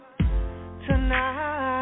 tonight